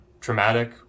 traumatic